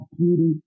beauty